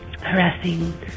harassing